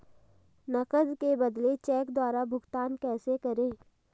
नकद के बदले चेक द्वारा भुगतान कैसे करें?